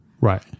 Right